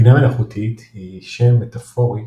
בינה מלאכותית היא שם מטאפורי